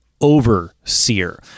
overseer